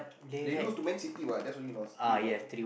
they lose to Man-City what just only lost three one